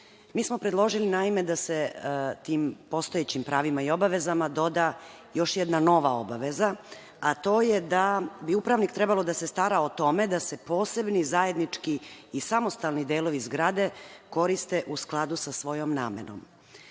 Mi smo predložili naime da se tim postojećim pravima i obavezama doda još jedna nova obaveza, a to je da bi upravnik trebalo da se stara o tome da se posebni zajednički i samostalni delovi zgrade koriste u skladu sa svojom namenom.U